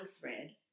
thread